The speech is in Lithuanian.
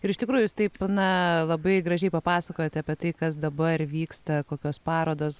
ir iš tikrųjų jūs taip na labai gražiai papasakojot apie tai kas dabar vyksta kokios parodos